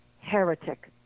Heretic